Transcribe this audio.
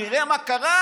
תראה מה קרה.